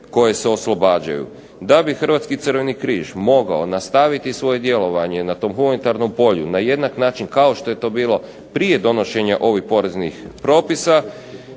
koje se oslobađaju. Da bi Hrvatski crveni križ mogao nastaviti svoje djelovanje na tom humanitarnom polju na jednak način kao što je to bilo prije donošenja ovih poreznih propisa,